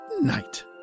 night